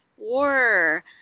war